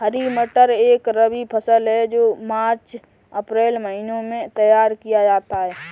हरी मटर एक रबी फसल है जो मार्च अप्रैल महिने में तैयार किया जाता है